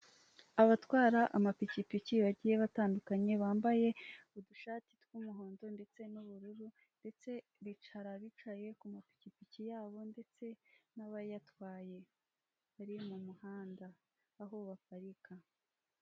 Abatwara amapikipiki bagiye batandukianye bambaye udushati tw'umuhondo ndetse n'ubururu ndetse bicara bicaye kumapikipiki yabo ndetse n'abayatwaye bari mu muhanda aho baparika.